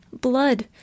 blood